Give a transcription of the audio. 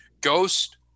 ghost